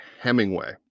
Hemingway